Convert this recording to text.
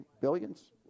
Billions